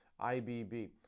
IBB